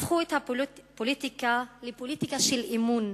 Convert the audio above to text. הפכה את הפוליטיקה לפוליטיקה של אמון,